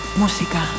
música